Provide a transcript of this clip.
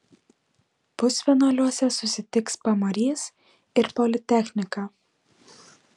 pusfinaliuose susitiks pamarys ir politechnika